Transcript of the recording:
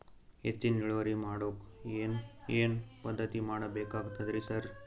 ಹೆಚ್ಚಿನ್ ಇಳುವರಿ ಮಾಡೋಕ್ ಏನ್ ಏನ್ ಪದ್ಧತಿ ಮಾಡಬೇಕಾಗ್ತದ್ರಿ ಸರ್?